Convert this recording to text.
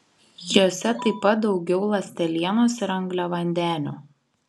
jose taip pat daugiau ląstelienos ir angliavandenių